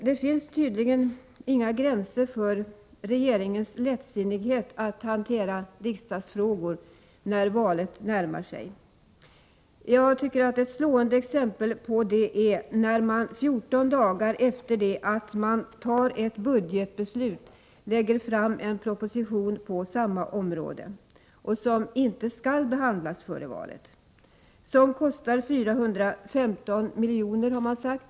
Det finns tydligen inga gränser för regeringens lättsinnighet — Nr 126 när det gäller att hantera riksdagsfrågor när valet närmar sig. Jag tycker att z ; Onsdagen den det är ett slående exempel på det när man 14 dagar efter det att man fattar ett 24 april 1985 budgetbeslut lägger fram en proposition på samma område. Propositionen skall inte behandlas före valet. Förslaget kostar 415 milj.kr., har man sagt.